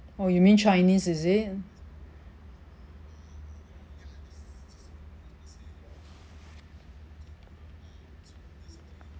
oh you mean chinese is it